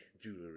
jewelry